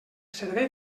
servei